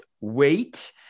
weight